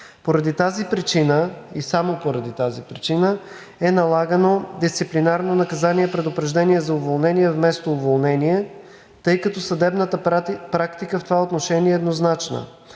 Поради тази причина и само поради тази причина е налагано дисциплинарно наказание „предупреждение за уволнение“ вместо „уволнение“. Съдебната практика в това отношение е еднозначна